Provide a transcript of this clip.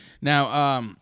Now